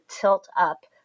tilt-up